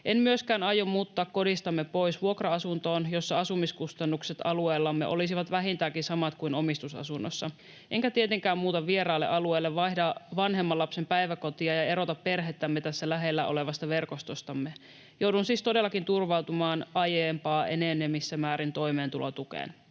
En myöskään aio muuttaa kodistamme pois vuokra-asuntoon, jossa asumiskustannukset alueellamme olisivat vähintäänkin samat kuin omistusasunnossa. Enkä tietenkään muuta vieraalle alueelle, vaihda vanhemman lapsen päiväkotia ja erota perhettämme tässä lähellä olevasta verkostostamme. Joudun siis todellakin turvautumaan aiempaa enemmissä määrin toimeentulotukeen.”